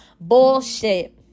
Bullshit